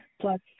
Plus